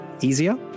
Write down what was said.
easier